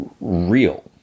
real